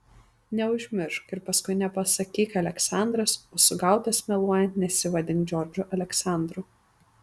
neužmiršk ir paskui nepasakyk aleksandras o sugautas meluojant nesivadink džordžu aleksandru